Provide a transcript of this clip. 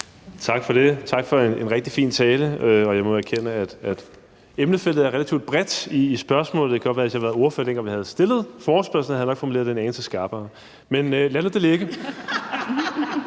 Tak for det. Tak for en rigtig fin tale, og jeg må jo erkende, at emnefeltet i spørgsmålet er relativt bredt. Det kan godt være, at hvis jeg havde været ordfører, dengang jeg havde stillet forespørgslen, havde jeg nok formuleret det en anelse skarpere. Men lad nu det ligge.